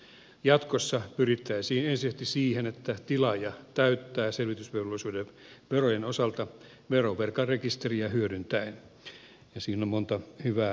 jatkossa pyrittäisiin ensisijaisesti siihen että tilaaja täyttää selvitysvelvollisuuden verojen osalta verovelkarekisteriä hyödyntäen ja siinä on monta hyvää puolta